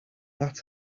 that